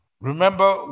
Remember